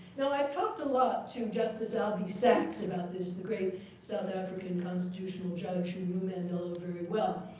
now i've talked a lot to justice albie sachs about this, the great south african constitutional judge who knew mandela very well.